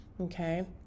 okay